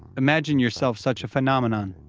imagine yourself such a phenomenon.